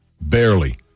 Barely